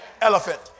Elephant